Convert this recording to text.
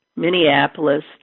Minneapolis